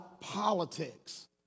politics